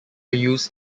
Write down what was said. use